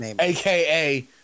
aka